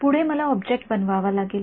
पुढे मला ऑब्जेक्ट बनवावा लागेल